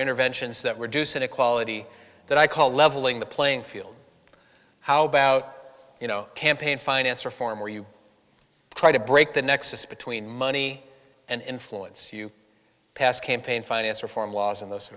interventions that reduce inequality that i call leveling the playing field how about you know campaign finance reform where you try to break the nexus between money and influence you pass campaign finance reform laws and those